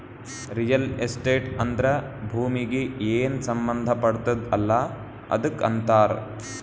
real estate ಅಂದ್ರ ಭೂಮೀಗಿ ಏನ್ ಸಂಬಂಧ ಪಡ್ತುದ್ ಅಲ್ಲಾ ಅದಕ್ ಅಂತಾರ್